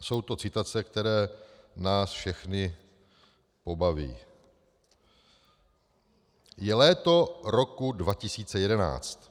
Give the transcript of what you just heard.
Jsou to citace, které nás všechny pobaví: Je léto roku 2011.